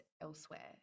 elsewhere